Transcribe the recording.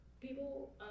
people